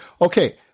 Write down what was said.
Okay